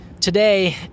Today